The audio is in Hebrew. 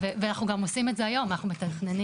ואנחנו גם עושים את זה היום, אנחנו מתכננים.